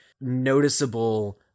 noticeable